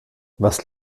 was